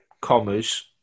commas